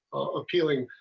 appealing.